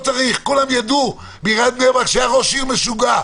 כולם ידעו בעיריית בני ברק שהיה ראש עיר משוגע,